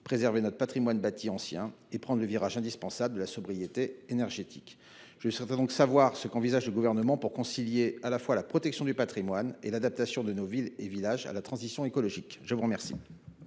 préserver notre patrimoine bâti ancien et prendre le virage indispensable de la sobriété énergétique. Je souhaiterais donc savoir ce qu'envisage le Gouvernement pour concilier à la fois la protection du patrimoine et l'adaptation de nos villes et villages à la transition écologique. La parole